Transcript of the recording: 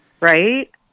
Right